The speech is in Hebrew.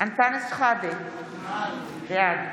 אנטאנס שחאדה, בעד